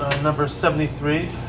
number seventy three.